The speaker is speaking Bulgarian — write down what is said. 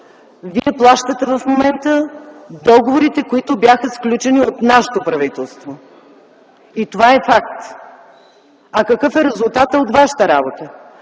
Вие плащате в момента договорите, които бяха сключени от нашето правителство. Това е факт. А какъв е резултатът от Вашата работа?